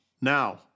Now